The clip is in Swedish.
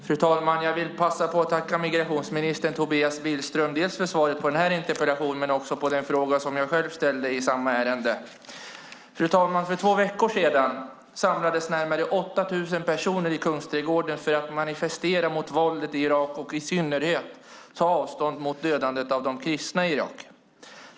Fru talman! Jag vill tacka migrationsminister Tobias Billström för svaret på den här interpellationen och på den fråga som jag ställde i samma ärende. Fru talman! För två veckor sedan samlades närmare 8 000 personer i Kungsträdgården för att manifestera mot våldet i Irak och i synnerhet ta avstånd från dödandet av de kristna i Irak.